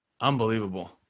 Unbelievable